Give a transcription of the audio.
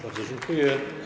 Bardzo dziękuję.